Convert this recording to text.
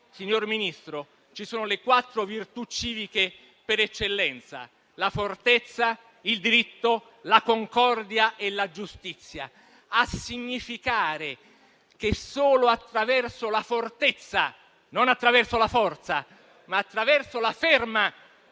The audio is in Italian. signor Ministro, ci sono le quattro virtù civiche per eccellenza (la fortezza, il diritto, la concordia e la giustizia), a significare che solo attraverso la fortezza - non attraverso la forza, ma attraverso la ferma